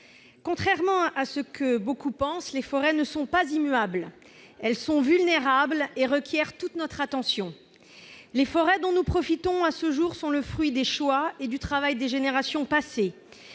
Contrairement à ce que beaucoup de personnes pensent, les forêts ne sont pas immuables. Elles sont vulnérables et requièrent toute notre attention. Les forêts dont nous profitons à ce jour sont le fruit des choix et du travail des générations passées.